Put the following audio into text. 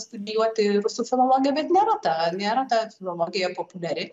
studijuoti rusų filologiją bet nėra ta nėra ta filologija populiari